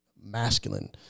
masculine